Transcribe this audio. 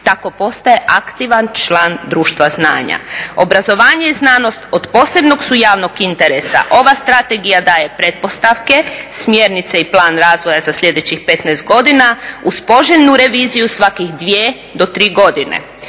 Tako postaje aktivan član društva znanja. Obrazovanje i znanost od posebnog su javnog interesa. Ova strategija daje pretpostavke, smjernice i plan razvoja za sljedećih 15 godina uz poželjnu reviziju svakih 2 do 3 godine,